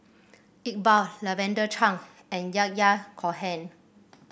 Iqbal Lavender Chang and Yahya Cohen